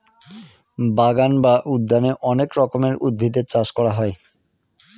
বাগান বা উদ্যানে অনেক রকমের উদ্ভিদের চাষ করা হয়